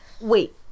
Wait